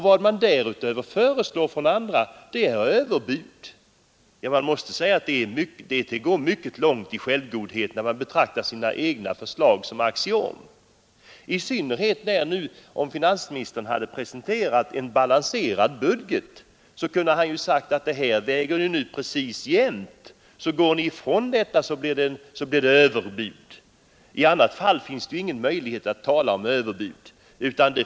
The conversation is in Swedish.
Vad man därutöver föreslår från andra är överbud. Jag måste säga att det är att gå mycket långt i självgodhet när man betraktar sina egna förslag som axiom. Om finansministern hade presenterat en balanserad budget, kunde han säga att nu väger det precis jämnt, och går ni ifrån detta blir det överbud. I annat fall finns det ingen möjlighet att tala om överbud.